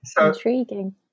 Intriguing